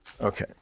Okay